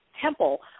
temple